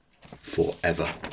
forever